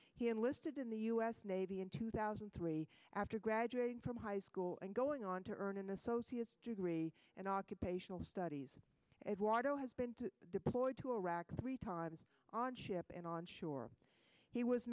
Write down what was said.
he enlisted in the u s navy in two thousand and three after graduating from high school and going on to earn an associate degree and occupational studies eduardo has been to deployed to iraq three times on ship and on sure he was